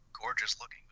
gorgeous-looking